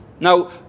Now